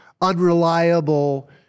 unreliable